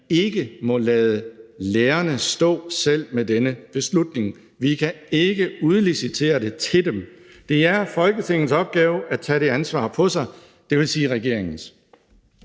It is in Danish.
ikke må lade lærerne stå selv med denne beslutning. Vi kan ikke udlicitere det til dem. Det er Folketingets opgave at tage det ansvar på sig, dvs. regeringens.